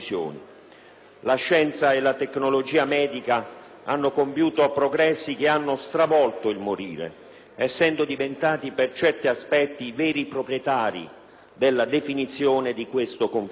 La scienza e la tecnologia medica hanno compiuto progressi che hanno stravolto il morire, essendo diventate per certi aspetti le vere proprietarie della definizione di questo confine.